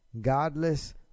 godless